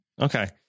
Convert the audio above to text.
Okay